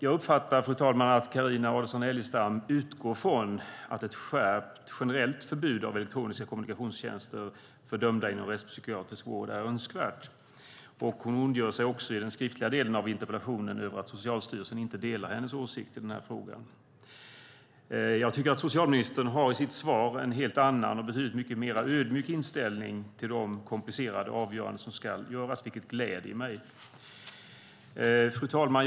Jag uppfattar att Carina Adolfsson Elgestam utgår från att ett skärpt generellt förbud av elektroniska kommunikationstjänster för dömda inom rättspsykiatrisk vård är önskvärt. Hon ondgör sig också i den skriftliga delen av interpellationen över att Socialstyrelsen inte delar hennes åsikt i den här frågan. Jag tycker att socialministern i sitt svar har en helt annan och betydligt mycket mer ödmjuk inställning till de komplicerade avgöranden som ska fällas, vilket gläder mig. Fru talman!